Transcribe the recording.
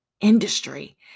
industry